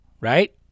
right